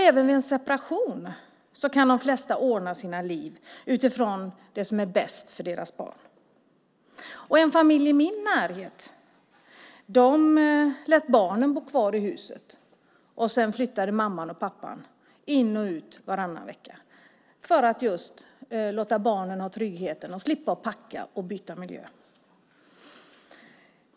Även vid en separation kan de flesta föräldrar ordna sina liv utifrån vad som är bäst för deras barn. En familj i min närhet lät barnen bo kvar i huset. Mamman och pappan flyttade in och ut varannan vecka just för att låta barnen ha trygghet och slippa packa och byta miljö.